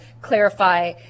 clarify